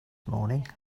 morning